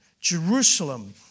Jerusalem